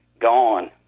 Gone